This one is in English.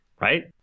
Right